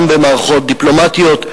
גם במערכות דיפלומטיות,